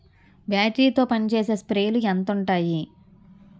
Battery తో పనిచేసే స్ప్రేలు ఎంత ఉంటాయి?